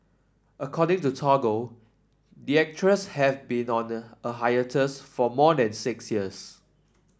according to Toggle the actress has been on a for more than six years